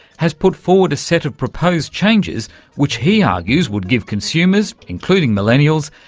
has put forward a set of proposed changes which he argues would give consumers, including millennials,